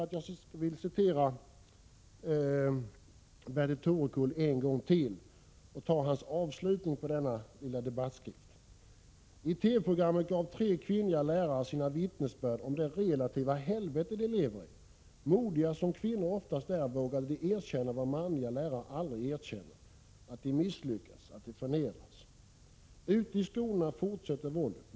Till sist vill jag än en gång citera ur Bertil Torekulls artikel: ”I TV-programmet gav tre kvinnliga lärare sina vittnesbörd om det relativa helvete de lever i. Modiga som kvinnor oftast är vågade de erkänna vad manliga lärare aldrig erkänner: att de misslyckats, att de förnedrats. ——- Men ute i skolorna fortsätter våldet.